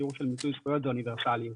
השיעור של מיצוי זכויות זה אוניברסליות.